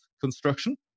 construction